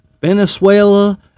Venezuela